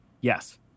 Yes